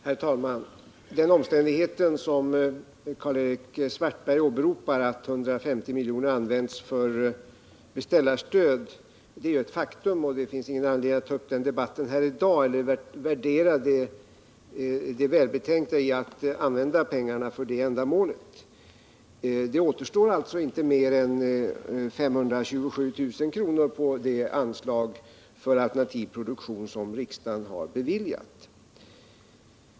Herr talman! Den omständighet som Karl-Erik Svartberg åberopar, att 150 milj.kr. används för beställarstöd, är ett faktum och det finns ingen anledning att i dag värdera det välbetänkta i att använda pengarna för det ändamålet. Det återstår alltså inte mer än 527000 kr. på det anslag för alternativ produktion som riksdagen har beviljat.